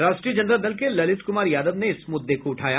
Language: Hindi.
राष्ट्रीय जनता दल के ललित कुमार यादव ने इस मुद्दे को उठाया